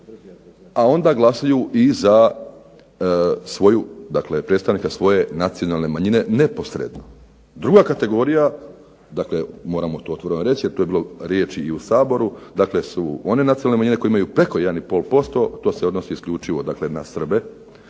a onda glasuju i za svoju dakle predstavnika svoje nacionalne manjine neposredno. Druga kategorija moramo to otvoreno reći jer to je bilo riječ i u Saboru, dakle su one nacionalne manjine koje imaju preko 1,5%, to se odnosi isključivo na Srbe,